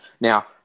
now